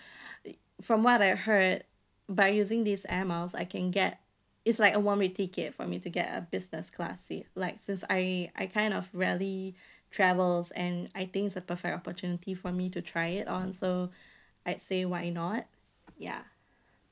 from what I've heard by using these air miles I can get it's like a one way ticket for me to get a business class seat like since I I kind of rarely travels and I think it's a perfect opportunity for me to try it on so I'd say why not ya